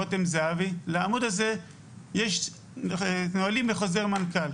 רותם זהבי "..לעמוד הזה יש נהלים בחוזר מנכ"ל,